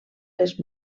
les